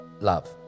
love